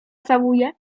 całuję